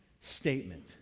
statement